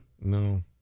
No